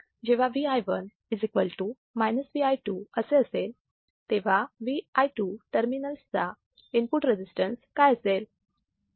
जेव्हा Vi1 Vi2 असे असेल तेव्हा Vi2 टर्मिनल चा इनपुट रजिस्टन्स काय असेल